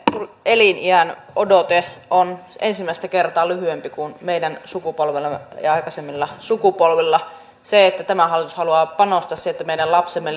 eliniänodote on ensimmäistä kertaa lyhyempi kuin meidän sukupolvellamme ja aikaisemmilla sukupolvilla se että tämä hallitus haluaa panostaa siihen että meidän lapsemme